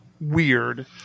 weird